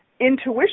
intuition